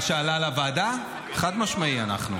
מה שעלה לוועדה, חד-משמעי אנחנו.